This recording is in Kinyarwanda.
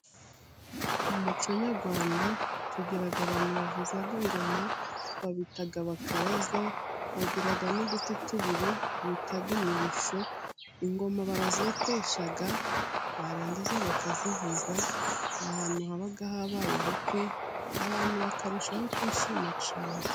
Mu muco nyarwanda tugira abantu bavuza ingoma, babita abakaraza, bagira n'uduti tubiri bita imirishyo, ingoma barazotesha, barangiza bakazivuza, ahantu haba habaye ubukwe, abantu bakarushaho kwishima cyane,